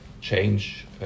change